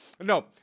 No